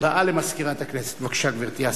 הודעה למזכירת הכנסת, בבקשה, גברתי.